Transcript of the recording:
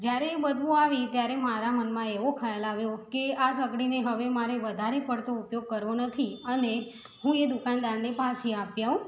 જયારે એ બદબૂ આવી ત્યારે મારાં મનમાં એવો ખ્યાલ આવ્યો કે આ સગડીને હવે મારે વધારે પડતો ઉપયોગ કરવો નથી અને હું એ દુકાનદારને પાછી આપી આવું